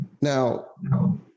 Now